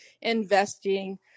investing